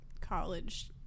college